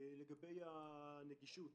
לגבי הנגישות